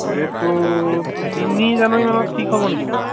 ডে'টটো তিনি জানুৱাৰী মানত ঠিক হ'ব নেকি বাৰু